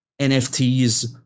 NFTs